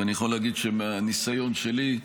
ואני יכול להגיד שמהניסיון שלי,